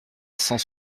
cent